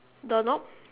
doorknob